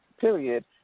Period